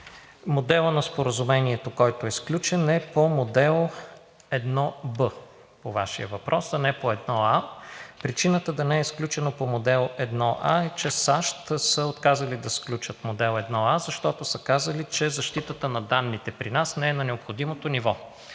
Моделът на споразумението, който е сключен, е по модел 1-Б по Вашия въпрос, а не по 1-А. Причината да не е сключено по модел 1 А е, че САЩ са отказали да сключат модел 1-А, защото са казали, че защитата на данните при нас не е на необходимото ниво.